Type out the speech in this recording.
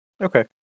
Okay